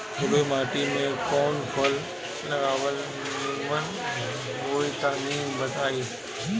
बलुई माटी में कउन फल लगावल निमन होई तनि बताई?